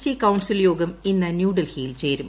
T council യോഗം ഇന്ന് ന്യൂഡൽഹിയിൽ ചേരും